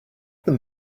them